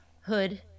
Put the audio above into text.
hood